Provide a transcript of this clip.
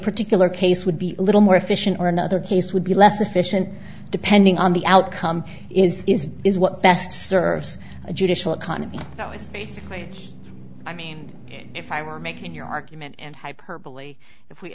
particular case would be a little more efficient or another case would be less efficient depending on the outcome is is is what best serves a judicial economy though it's basically i mean if i were making your argument and hyperbole if we